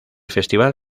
festival